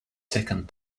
second